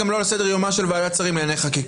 גם לא על סדר-יומה של ועדת שרים לענייני חקיקה.